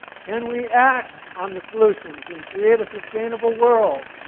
can we act on the solutions and create a sustainable world?